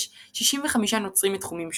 יש 65 נוצרים מתחומים שונים.